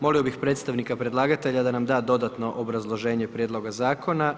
Molio bih predstavnika predlagatelja da nam da dodatno obrazloženje prijedloga zakona.